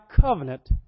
covenant